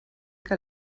que